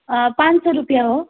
पान सय रुपियाँ हो